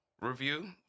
review